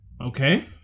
Okay